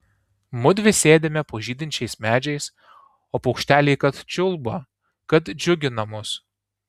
mudvi sėdime po žydinčiais medžiais o paukšteliai kad čiulba kad džiugina mus